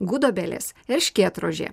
gudobelės erškėtrožė